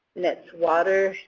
and it's water.